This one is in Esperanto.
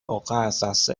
okazas